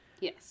Yes